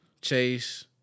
Chase